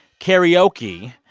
karaoke.